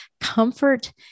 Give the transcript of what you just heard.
comfort